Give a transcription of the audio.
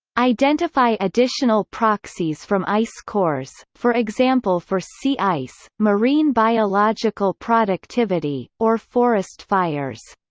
identify additional proxies from ice cores, for example for sea ice, marine biological productivity, or forest fires.